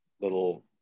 little